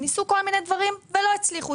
ניסו כל מיני דברים ולא הצליחו,